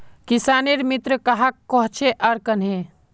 किसानेर मित्र कहाक कोहचे आर कन्हे?